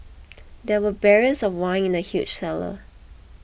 there were barrels of wine in the huge cellar